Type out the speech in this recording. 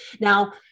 Now